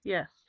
Yes